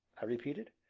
i repeated.